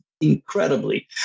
incredibly